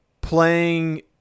playing